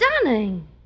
stunning